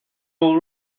all